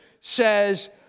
says